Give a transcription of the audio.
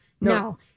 no